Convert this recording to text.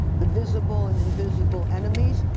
the visible and invisible enemies,